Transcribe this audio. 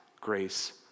grace